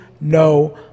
no